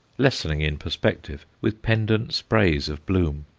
lessening in perspective, with pendent sprays of bloom.